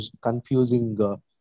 confusing